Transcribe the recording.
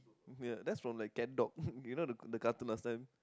ya that's from like Catdog you know the the cartoon last time